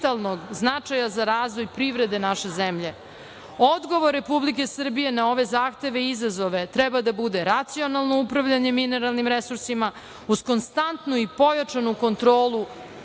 značaja za razvoj privrede naše zemlje. Odgovor Republike Srbije na ove zahteve i izazove treba da bude racionalno upravljanje mineralnim resursima uz konstantnu i pojačanu kontrolu